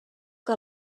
que